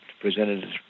presented